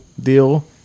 deal